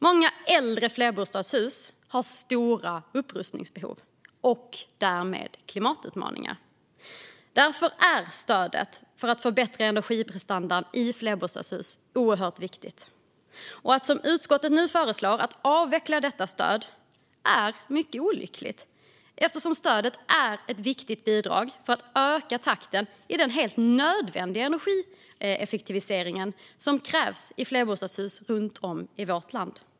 Många äldre flerbostadshus har stora upprustningsbehov och därmed klimatutmaningar. Därför är stödet för att förbättra energiprestandan i flerbostadshus oerhört viktigt. Att avveckla detta stöd, som utskottet nu föreslår, är mycket olyckligt, eftersom stödet är ett viktigt bidrag för att öka takten i den helt nödvändiga energieffektivisering som krävs i flerbostadshus runt om i vårt land.